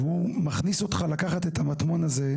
הוא מכניס אותך לקחת את המטמון הזה,